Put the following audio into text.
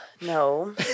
No